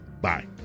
Bye